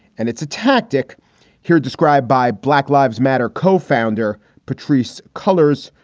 and it's a tactic here described by black lives matter co-founder patrice cullors,